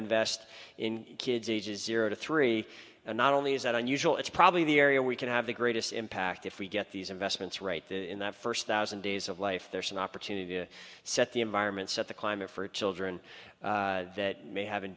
best in kids ages zero to three and not only is that unusual it's probably the area we can have the greatest impact if we get these investments right there in the first thousand days of life there's an opportunity to set the environment set the climate for children that may ha